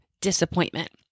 disappointment